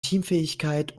teamfähigkeit